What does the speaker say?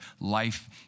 life